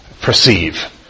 perceive